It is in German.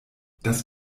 das